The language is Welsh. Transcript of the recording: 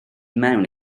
mewn